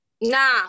Nah